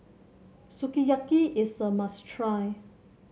Sukiyaki is a must try